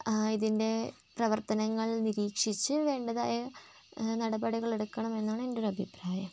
ഇതിൻ്റെ പ്രവർത്തനങ്ങൾ നിരീക്ഷിച്ച് വേണ്ടതായ നടപടികൾ എടുക്കണം എന്നാണ് എൻ്റെ ഒരു അഭിപ്രായം